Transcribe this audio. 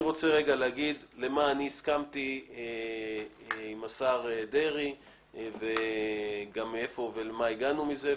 אני רוצה להגיד מה הדברים שאני הסכמתי להם עם השר דרעי ולאן הגענו מזה.